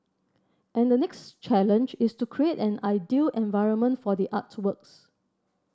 and the next challenge is to create an ideal environment for the artworks